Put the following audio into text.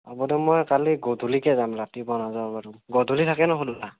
হ'ব দিয়ক মই কালি গধূলিকৈ যাম ৰাতিপুৱা নাযাওঁ বাৰু গধূলি থাকে ন খোলা